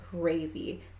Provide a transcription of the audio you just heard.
crazy